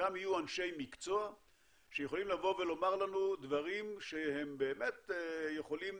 שם יהיו אנשי מקצוע שיוכלו לומר לנו דברים שהם באמת יכולים